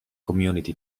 community